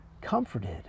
comforted